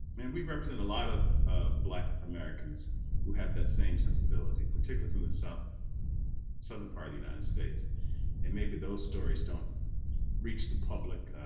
and we represent a lot of ah black americans who have that same sensibility, particularly from the so southern part of the united states and maybe those stories don't reach the public,